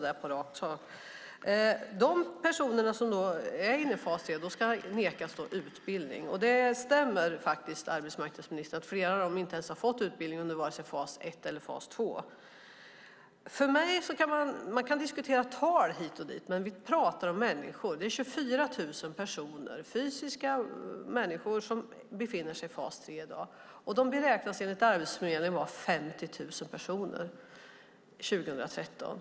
De personer som är inne i fas 3 ska alltså nekas utbildning. Det stämmer faktiskt, arbetsmarknadsministern, att flera av dem inte har fått utbildning under vare sig fas 1 eller fas 2. Man kan diskutera tal hit och dit, men vi pratar om människor. Det är 24 000 personer, fysiska människor, som befinner sig i fas 3 i dag, och de beräknas enligt Arbetsförmedlingen vara 50 000 personer 2013.